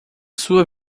sua